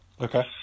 Okay